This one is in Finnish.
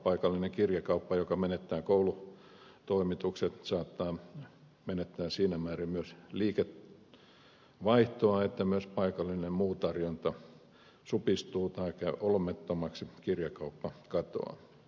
paikallinen kirjakauppa joka menettää koulutoimitukset saattaa menettää siinä määrin myös liikevaihtoaan että myös paikallinen muu tarjonta supistuu tai käy olemattomaksi kirjakauppa katoaa